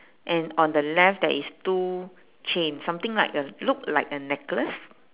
and on the left there is two chain something like a look like a necklace